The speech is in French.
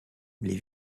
les